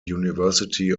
university